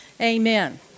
Amen